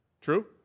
True